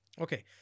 Okay